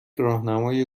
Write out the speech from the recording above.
راهنمای